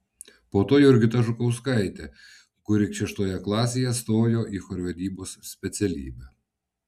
po to jurgita žukauskaitė kuri šeštoje klasėje stojo į chorvedybos specialybę